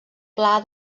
pla